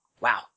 Wow